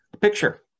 Picture